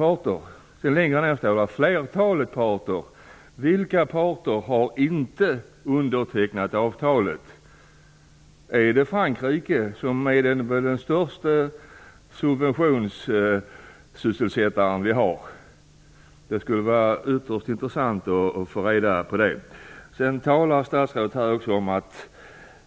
Några rader längre ner talas om "flertalet parter". Vilka parter har inte undertecknat själva avtalet? Är det Frankrike, som väl är den största subventionsgivaren? Det skulle vara ytterst intressant att få reda på det. Statsrådet talar också om att